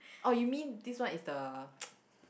oh you mean this one is the